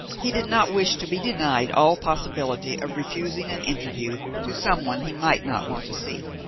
he did not wish to be denied all possibility of refusing an interview to some one he might not want to see.